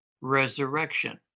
resurrection